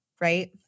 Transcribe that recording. Right